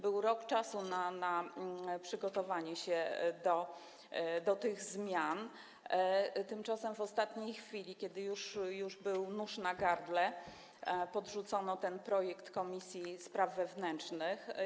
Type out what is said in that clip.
Był rok na przygotowanie się do tych zmian, tymczasem w ostatniej chwili, kiedy już był nóż na gardle, podrzucono ten projekt komisji spraw wewnętrznych.